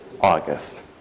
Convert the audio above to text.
August